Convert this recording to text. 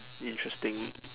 interesting